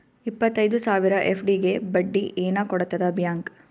ಇಪ್ಪತ್ತೈದು ಸಾವಿರ ಎಫ್.ಡಿ ಗೆ ಬಡ್ಡಿ ಏನ ಕೊಡತದ ಬ್ಯಾಂಕ್?